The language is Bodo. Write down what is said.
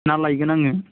ना लायगोन आङो